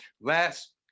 last